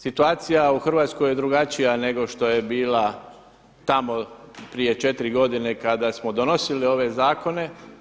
Situacija u Hrvatskoj je drugačija nego što je bila tamo prije 4 godine kada smo donosili ove zakone.